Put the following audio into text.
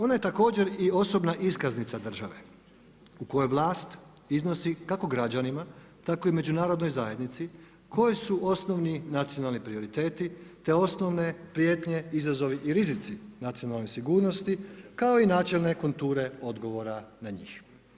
Ona je također i osobna iskaznice države u kojoj vlast iznosi kako građanima tako i Međunarodnoj zajednici koji su osnovni nacionalni prioriteti te osnovne prijetnje, izazovi i rizici nacionalne sigurnosti kao i načelne konture odgovora na njih.